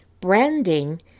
branding